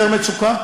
יותר מצוקה,